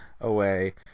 away